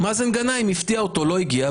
- מאזן גנאים הפתיע אותו ולא הגיע,